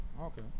Okay